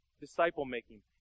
disciple-making